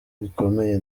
bikomeye